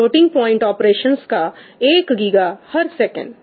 floating point operations का एक giga हर सेकंड